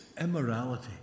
immorality